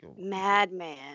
Madman